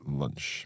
lunch